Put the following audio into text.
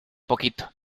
poquito